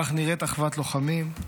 כך נראית אחוות לוחמים.